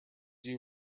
you